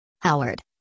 Howard